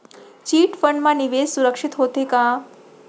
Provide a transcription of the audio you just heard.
Chit fund मा निवेश सुरक्षित होथे का?